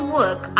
work